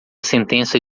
sentença